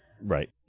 Right